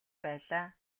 байлаа